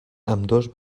ambdós